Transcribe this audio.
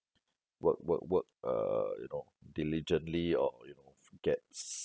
work work work uh you know diligently or you know if it gets